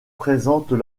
présentent